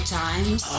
times